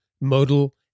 Modal